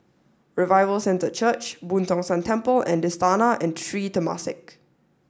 Revival Centre Church Boo Tong San Temple and Istana and Sri Temasek